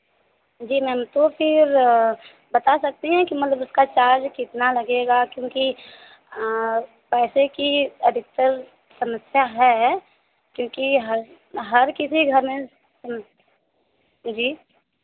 जी ma'am तो फिर बता सकती है कि मतलब उसका चार्ज कितना लगेगा क्योंकि आ पैसे की अधिकतर समस्या है क्योंकि हर हर किसी घर में जी